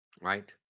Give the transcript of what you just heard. Right